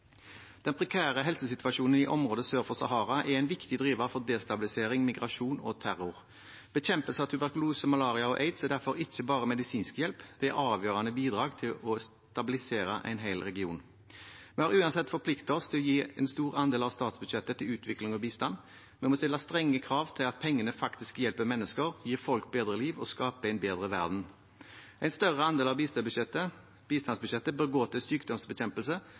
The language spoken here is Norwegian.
Den prekære helsesituasjonen i området sør for Sahara er en viktig driver for destabilisering, migrasjon og terror. Bekjempelse av tuberkulose, malaria og aids er derfor ikke bare medisinsk hjelp, det er avgjørende bidrag til å stabilisere en hel region. Vi har uansett forpliktet oss til å gi en stor andel av statsbudsjettet til utvikling og bistand. Vi må stille strenge krav til at pengene faktisk hjelper mennesker, gir folk bedre liv og skaper en bedre verden. En større andel av bistandsbudsjettet bør gå til sykdomsbekjempelse,